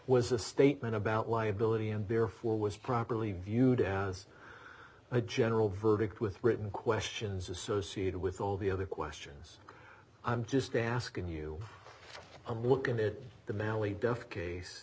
was a statement about liability and therefore was properly viewed as a general verdict with written questions associated with all the other questions i'm just asking you i'm looking at the mallee death case